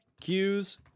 cues